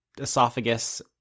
esophagus